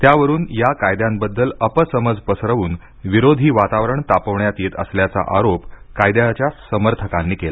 त्यावरून या कायद्यांबद्दल अपसमज पसरवून विरोधी वातावरण तापवण्यात येत असल्याचा आरोप कायद्यांच्या समर्थकांनी केला